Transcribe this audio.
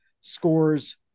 scores